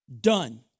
Done